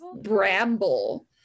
Bramble